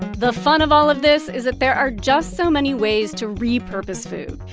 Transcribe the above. the fun of all of this is that there are just so many ways to repurpose food.